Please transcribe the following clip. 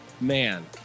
man